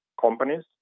companies